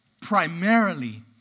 primarily